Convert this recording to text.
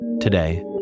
Today